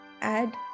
add